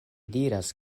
diras